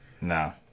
No